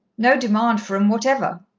no demand for em whatever.